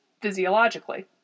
physiologically